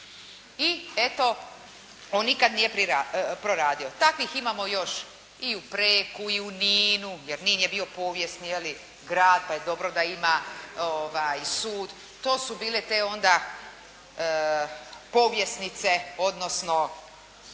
i eto, on nikada nije proradio. Takvih imamo još i u Preku i u Ninu, jer Nin je bio povijesni grad pa je dobro da ima sud, to su bile te onda povjesnice, odnosno